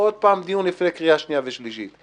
עוד פעם דיון לפני קריאה שניה ושלישית.